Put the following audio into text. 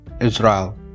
Israel